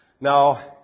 Now